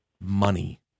Money